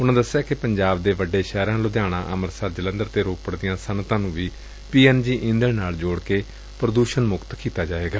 ਉਨ੍ਹਾ ਕਿਹਾ ਕਿ ਪੰਜਾਬ ਦੇ ਵੱਡੇ ਸ਼ਹਿਰਾਂ ਲੁਧਿਆਣਾ ਅੰਮ੍ਤਿਤਸਰ ਜਲੰਧਰ ਅਤੇ ਰੋਪੜ ਦੀਆ ਸੱਨਅਤਾ ਨੂੰ ਵੀ ਪੀ ਐਨ ਜੀ ਈਧਣ ਨਾਲ ਜੋੜ ਕੇ ਪ੍ਰਦੂਸਣ ਮੁਕਤ ਕੀਤਾ ਜਾਏਗਾ